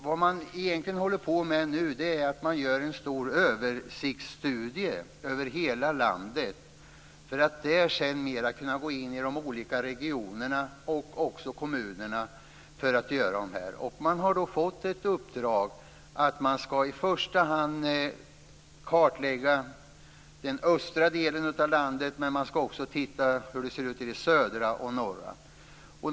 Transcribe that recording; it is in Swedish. Det man egentligen håller på med nu är en stor översiktsstudie över hela landet. Sedan skall man mer kunna gå in i de olika regionerna och även kommunerna för att göra dessa studier. Man har fått i uppdrag att i första hand kartlägga den östra delen av landet, men man skall också titta närmare på hur det ser ut i den södra och den norra delen.